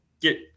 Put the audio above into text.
Get